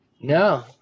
No